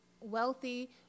wealthy